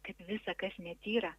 kaip visa kas netyra